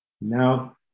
now